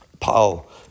Paul